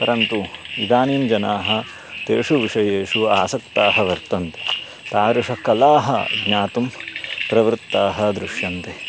परन्तु इदानीं जनाः तेषु विषयेषु आसक्ताः वर्तन्ते तादृशकलाः ज्ञातुं प्रवृत्ताः दृश्यन्ते